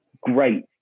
great